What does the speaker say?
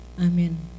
Amen